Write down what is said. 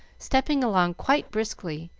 stepping along quite briskly,